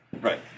right